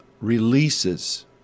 releases